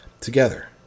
together